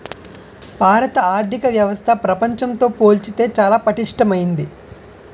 భారత ఆర్థిక వ్యవస్థ ప్రపంచంతో పోల్చితే చాలా పటిష్టమైంది